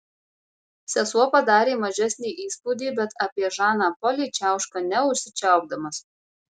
sesuo padarė mažesnį įspūdį bet apie žaną polį čiauška neužsičiaupdamas